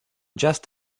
just